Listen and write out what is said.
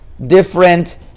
different